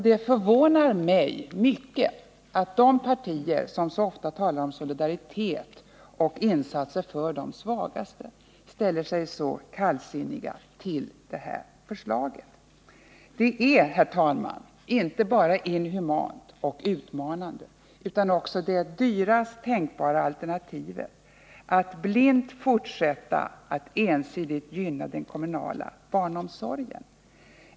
Det förvånar mig mycket att de partier som så ofta talar om solidaritet och insatser för de svagaste ställer sig så kallsinniga till det här förslaget. Att blint fortsätta med att ensidigt gynna den kommunala barnomsorgen är inte bara inhumant utan också utmanande, och det är det dyraste tänkbara alternativet.